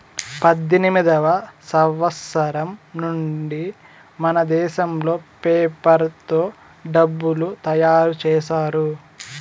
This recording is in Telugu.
పద్దెనిమిదివ సంవచ్చరం నుండి మనదేశంలో పేపర్ తో డబ్బులు తయారు చేశారు